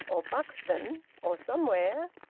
or buxton, or somewhere?